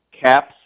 caps